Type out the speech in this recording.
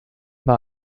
war